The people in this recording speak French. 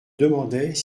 demandais